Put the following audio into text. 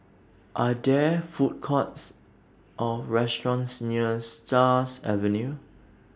Are There Food Courts Or restaurants near Stars Avenue